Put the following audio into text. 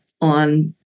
on